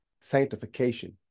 sanctification